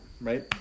right